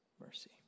mercy